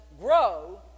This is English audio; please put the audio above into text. grow